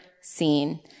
seen